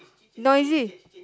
noisy